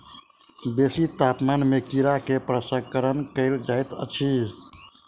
बेसी तापमान में कीड़ा के प्रसंस्करण कयल जाइत अछि